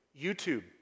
YouTube